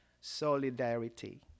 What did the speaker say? solidarity